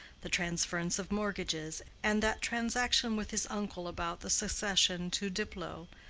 the transference of mortgages, and that transaction with his uncle about the succession to diplow,